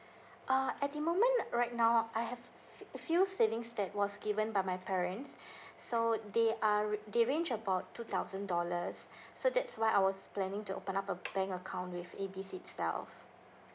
uh at the moment right now I have a few savings that was given by my parents so they are they range about two thousand dollars so that's why I was planning to open up a bank account with A B C itself